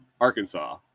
arkansas